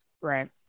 right